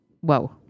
whoa